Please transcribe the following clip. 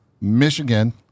Michigan